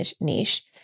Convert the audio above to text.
niche